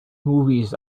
movies